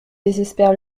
désespère